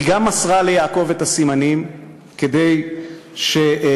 היא גם מסרה ליעקב את הסימנים כדי שהוא